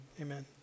Amen